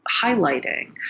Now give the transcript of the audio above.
highlighting